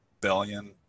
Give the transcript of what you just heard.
billion